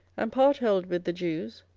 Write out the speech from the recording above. and part held with the jews,